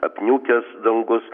apniukęs dangus